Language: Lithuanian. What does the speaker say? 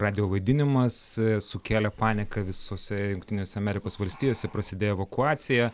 radijo vaidinimas sukėlė paniką visose jungtinėse amerikos valstijose prasidėjo evakuacija